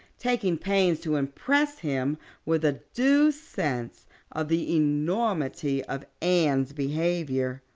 taking pains to impress him with a due sense of the enormity of anne's behavior.